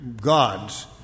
gods